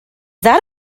that